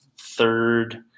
third